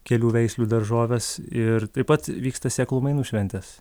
kelių veislių daržoves ir taip pat vyksta sėklų mainų šventės